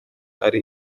ari